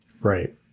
Right